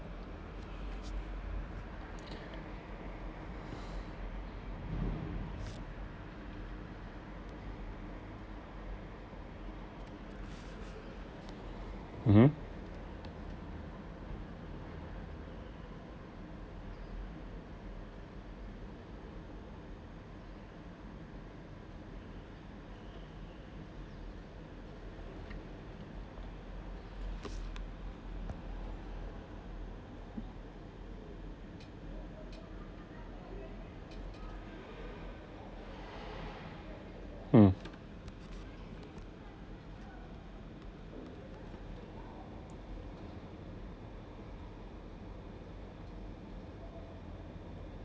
mmhmm mm